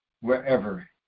wherever